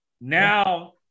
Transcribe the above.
Now